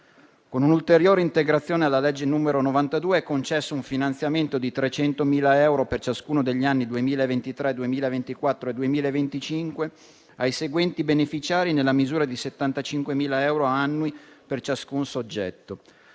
Con un'ulteriore integrazione alla legge n. 92 del 2004 è concesso un finanziamento di 300.000 euro per ciascuno degli anni 2023, 2024 e 2025 ai seguenti beneficiari nella misura di 75.000 euro annui per ciascun soggetto: